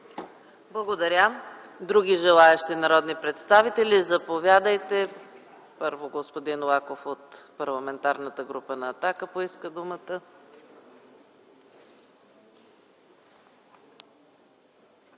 Благодаря. Други желаещи народни представители – заповядайте, господин Лаков от Парламентарната група на „Атака”. Той пръв поиска думата.